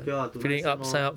okay lah tonight also no